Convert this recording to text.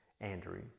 Andrew